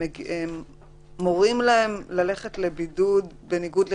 מורים ללכת לבידוד בניגוד לרצונם.